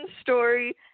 story